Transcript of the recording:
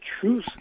truth